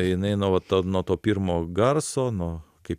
jinai nuo va to nuo to pirmo garso nuo kaip